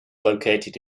located